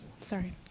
Sorry